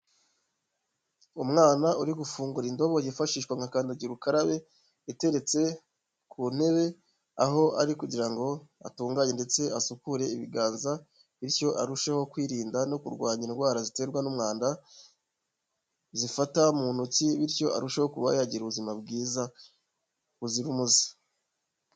Umwana uri gufungura indobo yifashishwa nka kandagira ukarabe, iteretse ku ntebe aho ari kugira ngo atunganye ndetse asukure ibiganza bityo arusheho kwirinda no kurwanya indwara ziterwa n'umwanda, zifata mu ntoki bityo arusheho kuba yagira ubuzima bwiza buzira umuze.